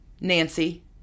Nancy